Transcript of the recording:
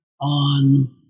on